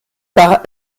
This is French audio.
par